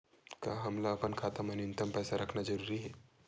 का हमला अपन खाता मा न्यूनतम पईसा रखना जरूरी हे?